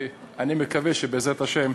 אני מקווה, בעזרת השם,